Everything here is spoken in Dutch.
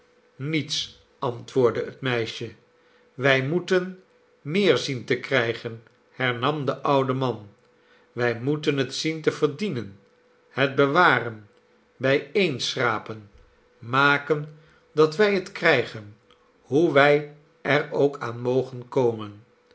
niets antwoordde het meisje wij moeten meer zien te krijgen hernam de oude man wij moeten het zien te verdienen het bewaren bijeenschrapen maken dat wij het krijgen hoe wij er ook aan mogen komen